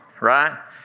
Right